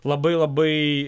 labai labai